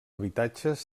habitatges